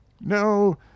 No